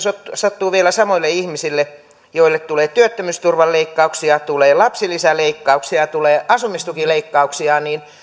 sattuu vielä samoille ihmisille joille tulee työttömyysturvan leikkauksia tulee lapsilisäleikkauksia tulee asumistukileikkauksia niin